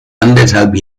anderthalb